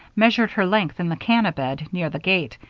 measured her length in the canna bed near the gate,